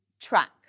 track